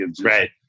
Right